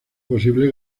posible